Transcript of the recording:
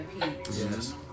Yes